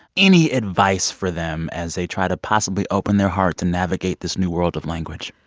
any advice for them as they try to possibly open their hearts to navigate this new world of language?